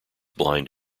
blind